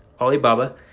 Alibaba